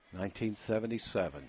1977